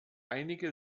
einige